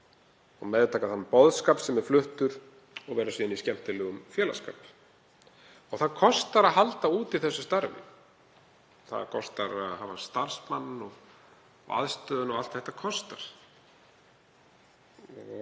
og meðtaka þann boðskap sem er fluttur og vera síðan í skemmtilegum félagsskap. Það kostar að halda úti þessu starfi, það kostar að hafa starfsmenn og aðstöðu og allt þetta kostar.